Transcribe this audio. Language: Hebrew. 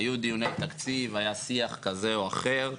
היו דיוני תקציב, היה שיח כזה או אחר,